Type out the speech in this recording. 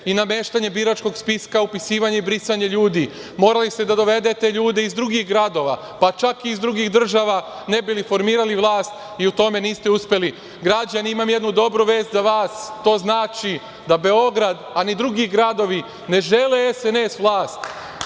i nameštanje biračkog spiska, upisivanje i brisanje ljudi, morali ste da dovedete ljude iz drugih gradova, pa čak i iz drugih država ne bili formirali vlast i u tome niste uspeli. Građani, imam jednu dobru vest za vas, to znači da Beograd, a ni drugi gradovi ne žele SNS vlast,